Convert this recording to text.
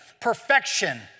perfection